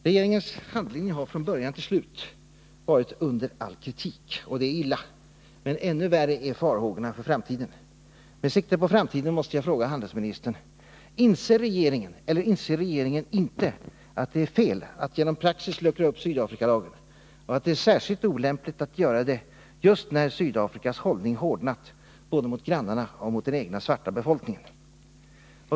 Regeringens handläggning har från början till slut varit under all kritik, och det är illa. Men ännu värre är farhågorna inför framtiden. Med sikte på framtiden vill jag fråga handelsministern: Inser regeringen inte att det är fel att genom praxis luckra upp Sydafrikalagen och att det är särskilt olämpligt att göra det just när Sydafrikas hållning hårdnat både mot grannarna och mot den egna svarta befolkningen?